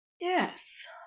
yes